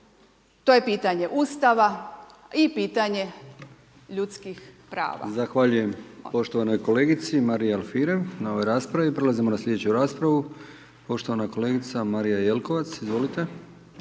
to je pitanje Ustava i pitanje ljudskih prava. **Brkić, Milijan (HDZ)** Zahvaljujem poštovanoj kolegici Mariji Alfirev na ovoj raspravi. Prelazimo na slijedeću raspravu, poštovana kolegica Marija Jelkovac, izvolite,